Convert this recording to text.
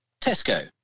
Tesco